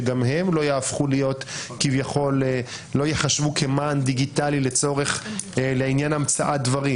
שגם הם לא יחשבו כמען דיגיטלי לעניין המצאת דברים.